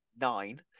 nine